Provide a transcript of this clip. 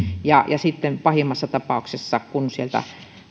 ja sitten pahimmassa tapauksessa kun sieltä